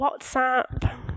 WhatsApp